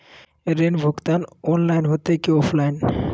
ऋण भुगतान ऑनलाइन होते की ऑफलाइन?